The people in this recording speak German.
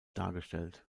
dargestellt